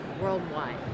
worldwide